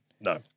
No